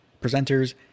presenters